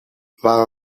waar